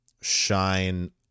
shine